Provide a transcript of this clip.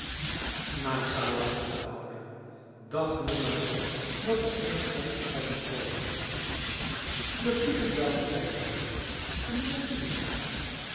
masa lachte de oude dacht nonna dan dat er geen standjes zouden komen de vliegen zouden vechten erover en de mensen dan